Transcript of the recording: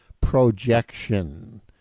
projection